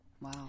Wow